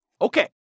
Okay